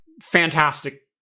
Fantastic